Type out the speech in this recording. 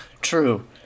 true